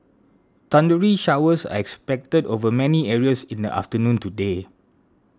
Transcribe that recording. thundery showers are expected over many areas in the afternoon today